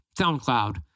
SoundCloud